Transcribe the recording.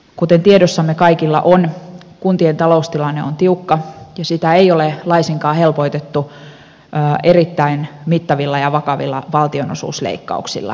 kuten tiedossamme kaikilla on kuntien taloustilanne on tiukka ja sitä ei ole laisinkaan helpotettu erittäin mittavilla ja vakavilla valtionosuusleikkauksilla